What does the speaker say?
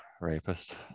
rapist